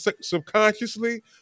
subconsciously